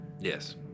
Yes